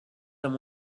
amb